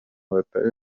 batari